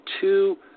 two